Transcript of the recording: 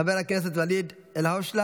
חבר הכנסת ואליד אלהואשלה